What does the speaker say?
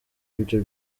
ibyo